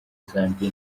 zambia